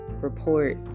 report